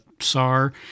SAR